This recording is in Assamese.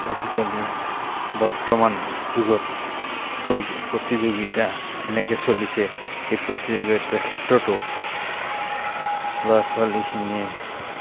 আজিকালি বৰ্তমান যুগত প্ৰতিযোগিতা এনেকৈ চলিছে সেই প্ৰতিযোগিতাৰ ক্ষেত্ৰতো ল'ৰা ছোৱালীখিনিয়ে